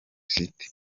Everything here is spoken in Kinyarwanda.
city